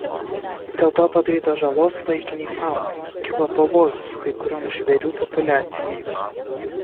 dėl to padaryta žalos laikinei faunai kilo pavojus kai kurioms žvėrių populiacijoms